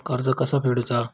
कर्ज कसा फेडुचा?